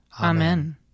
Amen